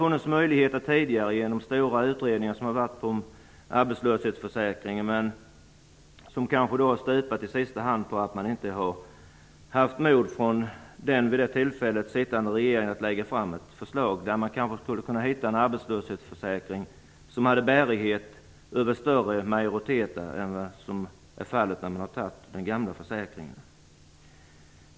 Det har tidigare lagts fram stora utredningar om arbetslöshetsförsäkringen som kanske i sista hand har stupat på att den för tillfället sittande regeringen inte haft mod att lägga fram förslag till en arbetslöshetsförsäkring med bärighet över större majoriteter än vad som blev fallet med den gamla försäkringen.